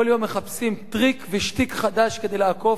כל יום מחפשים טריק ושטיק חדש כדי לעקוף